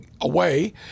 away